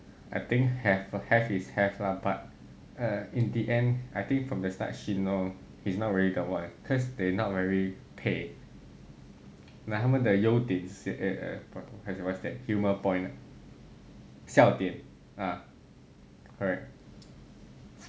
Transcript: I think have have is have lah but err in the end I think from the start she know he's not really the one cause they not very 配 like 他们的优点怎么讲 humour point ah 笑点 ah correct